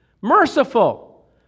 merciful